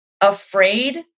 afraid